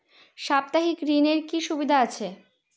সাপ্তাহিক ঋণের কি সুবিধা আছে?